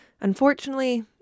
Unfortunately